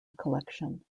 collection